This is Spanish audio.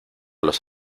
los